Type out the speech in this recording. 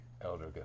Elder